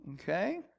Okay